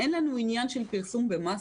אין לנו עניין של פרסום במסות,